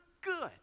good